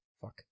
fuck